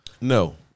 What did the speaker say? No